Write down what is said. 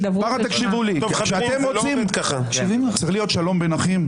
תקשיבו לי, צריך להיות שלום בין אחים.